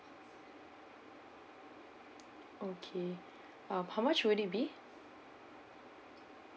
okay uh how much would it be